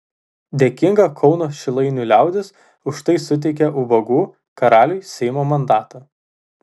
dėkinga kauno šilainių liaudis už tai suteikė ubagų karaliui seimo mandatą